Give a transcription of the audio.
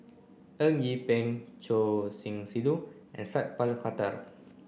Eng Yee Peng Choor Singh Sidhu and Sat Pal Khattar